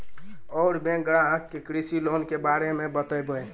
और बैंक ग्राहक के कृषि लोन के बारे मे बातेबे?